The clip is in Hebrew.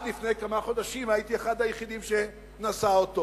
הייתי אחד היחידים שנשא אותו